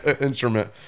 instrument